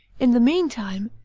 in the mean time,